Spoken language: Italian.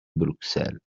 bruxelles